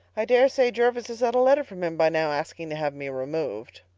i dare say jervis has had a letter from him by now asking to have me removed.